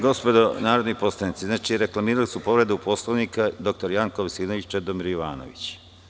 Gospodo narodni poslanici, reklamirali su povredu Poslovnika dr Janko Veselinović i Čedomir Jovanović.